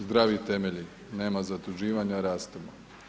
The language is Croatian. Zdravi temelji, nema zaduživanja, rastemo.